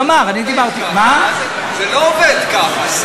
הוא אמר, אני דיברתי, גפני, זה לא עובד ככה.